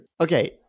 Okay